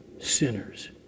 sinners